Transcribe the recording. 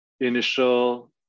initial